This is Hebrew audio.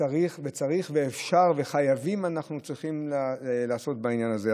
צריך ואפשר וחייבים לעשות בעניין הזה.